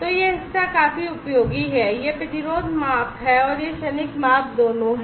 तो यह हिस्सा काफी उपयोगी है यह प्रतिरोध माप और यह क्षणिक माप दोनों है